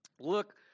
Look